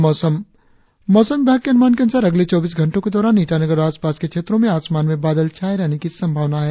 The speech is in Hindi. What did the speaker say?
और अब मौसम मौसम विभाग के अनुमान के अनुसार अगले चौबीस घंटो के दौरान ईटानगर और आसपास के क्षेत्रो में आसमान में बादल छाये रहने की संभावना है